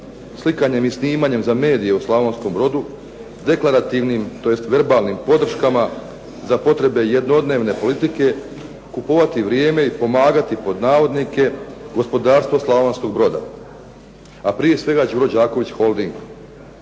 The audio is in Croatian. slikanjem i snimanjem za medije u Slavonskom Brodu deklarativnim tj. verbalnim podrškama za potrebe jednodnevne politike kupovati vrijeme i "pomagati" gospodarstvu Slavonskog Broda a prije svega "Đuro Đaković holding"